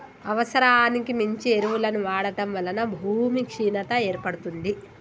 అవసరానికి మించి ఎరువులను వాడటం వలన భూమి క్షీణత ఏర్పడుతుంది